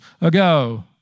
ago